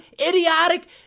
idiotic